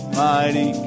mighty